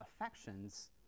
affections